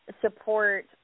support